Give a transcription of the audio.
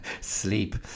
sleep